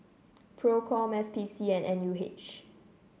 Procom S P C and N U H